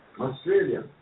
Australia